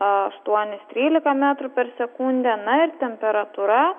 aštuonis trylika metrų per sekundę na ir temperatūra